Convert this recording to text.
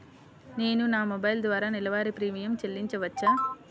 నేను నా మొబైల్ ద్వారా నెలవారీ ప్రీమియం చెల్లించవచ్చా?